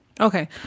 okay